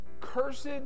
Cursed